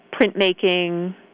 printmaking